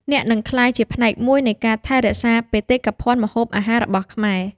អ្នកនឹងក្លាយជាផ្នែកមួយនៃការថែរក្សាបេតិកភណ្ឌម្ហូបអាហាររបស់ខ្មែរ។